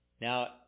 Now